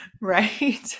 Right